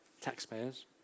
taxpayers